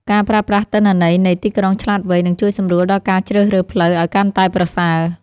ការប្រើប្រាស់ទិន្នន័យនៃទីក្រុងឆ្លាតវៃ នឹងជួយសម្រួលដល់ការជ្រើសរើសផ្លូវឱ្យកាន់តែប្រសើរ។